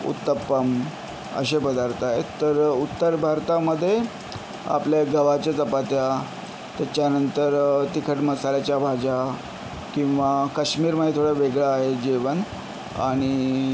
उत्तप्पम असे पदार्थ आहेत तर उत्तर भारतामध्ये आपल्या गव्हाच्या चपात्या त्याच्यानंतर तिखट मसाल्याच्या भाज्या किंवा काश्मीरमध्ये थोडं वेगळं आहे जेवण आणि